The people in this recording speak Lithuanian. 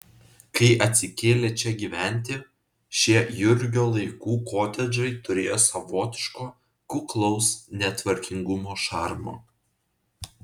kai atsikėlė čia gyventi šie jurgio laikų kotedžai turėjo savotiško kuklaus netvarkingumo šarmo